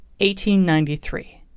1893